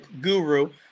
guru